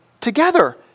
together